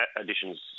additions